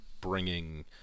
bringing